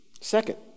Second